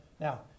Now